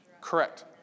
Correct